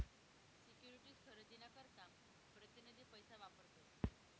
securities खरेदी ना करता प्रतीनिधी पैसा वापरतस